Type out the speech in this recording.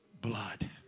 blood